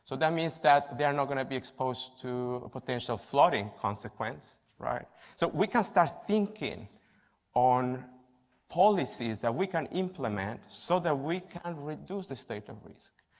so that means that they're not going to be exposed to potential flooding consequence. so we can start thinking on policies that we can implement so that we can reduce the state of risk.